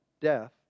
death